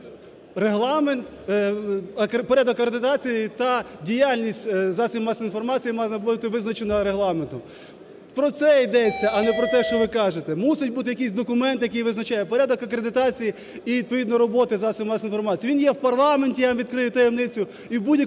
"Регламент… порядок акредитації та діяльність засобів масової інформації має бути визначено Регламентом". Про це йдеться, а не про те, що ви кажете. Мусить бути якийсь документ, який визначає порядок акредитації і, відповідно, роботи засобів масової інформації. Він є в парламенті, я вам відкрию таємницю,